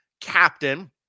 Captain